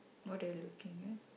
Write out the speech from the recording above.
what are you looking at